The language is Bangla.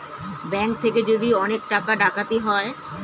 ব্যাঙ্ক থেকে যদি অনেক টাকা ডাকাতি হয়